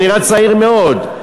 אתה נראה צעיר מאוד,